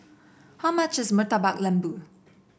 how much is Murtabak Lembu